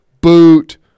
boot